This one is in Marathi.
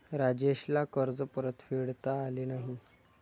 राजेशला कर्ज परतफेडता आले नाही